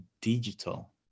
digital